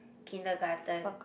kindergarten